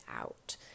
out